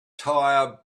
tire